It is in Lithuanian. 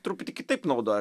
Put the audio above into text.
truputį kitaip naudoja